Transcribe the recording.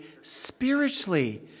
spiritually